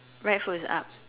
right foot is up